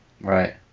Right